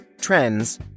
trends